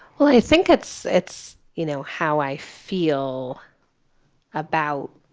well, i think it's it's you know, how i feel about.